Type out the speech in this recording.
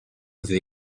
veut